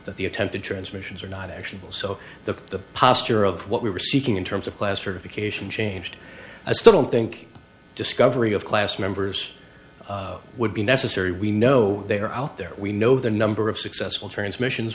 that the attempted transmissions are not actionable so the posture of what we were seeking in terms of classification changed i still don't think discovery of class members would be necessary we know they are out there we know the number of successful transmissions